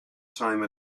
time